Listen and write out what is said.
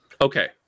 Okay